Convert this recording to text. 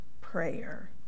prayer